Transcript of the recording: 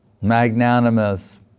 magnanimous